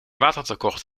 watertekort